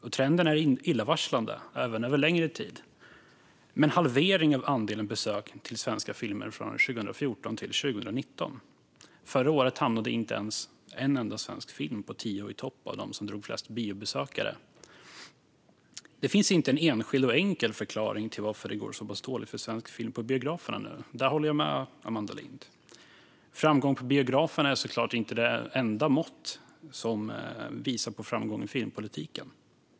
Trenden är illavarslande även över längre tid med en halvering av andelen besök till svenska filmer från 2014 till 2019. Förra året hamnade inte ens en enda svensk film på tio i topp av dem som drog flest biobesökare. Det finns inte en enskild och enkel förklaring till att det går så pass dåligt för svensk film på biograferna. Där håller jag med Amanda Lind. Framgång på biograferna är såklart inte det enda måttet som visar på framgång i filmpolitiken.